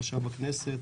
חשב הכנסת,